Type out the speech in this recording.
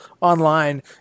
online